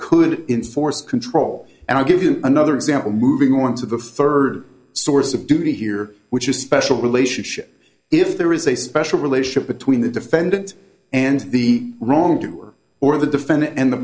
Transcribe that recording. could in force control and i'll give you another example moving on to the third source of duty here which is a special relationship if there is a special relationship between the defendant and the wrongdoer or the defendant and the